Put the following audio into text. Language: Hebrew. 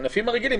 הענפים הרגילים.